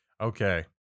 Okay